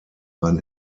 ein